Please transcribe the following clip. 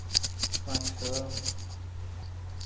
ᱯᱟᱸᱪ ᱥᱚ